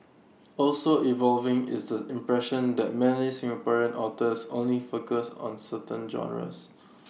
also evolving is the impression that many Singaporean authors only focus on certain genres